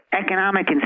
economic